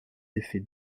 effets